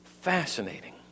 fascinating